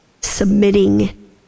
submitting